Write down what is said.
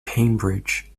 cambridge